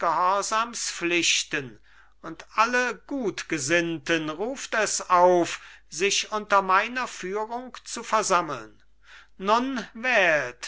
pflichten und alle gutgesinnten ruft es auf sich unter meiner führung zu versammeln nun wählt